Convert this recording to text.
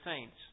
saints